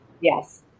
Yes